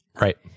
Right